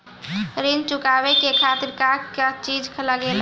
ऋण चुकावे के खातिर का का चिज लागेला?